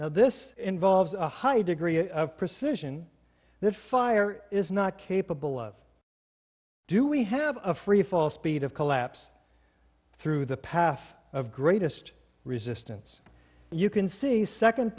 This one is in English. now this involves a high degree of precision that fire is not capable of do we have a freefall speed of collapse through the path of greatest resistance you can see second